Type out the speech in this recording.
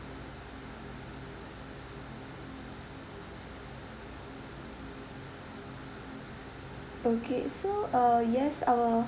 okay so uh yes our